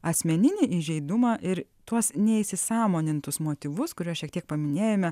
asmeninį įžeidumą ir tuos neįsisąmonintus motyvus kuriuos šiek tiek paminėjome